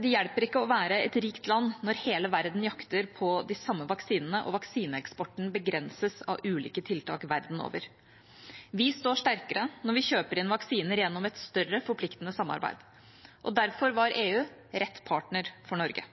Det hjelper ikke å være et rikt land når hele verden jakter på de samme vaksinene og vaksineeksporten begrenses av ulike tiltak verden over. Vi står sterkere når vi kjøper inn vaksiner gjennom et større forpliktende samarbeid, og derfor var EU rett partner for Norge.